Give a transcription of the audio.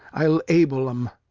i'll able em.